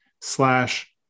slash